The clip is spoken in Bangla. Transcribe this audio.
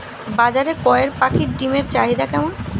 বাজারে কয়ের পাখীর ডিমের চাহিদা কেমন?